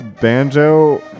Banjo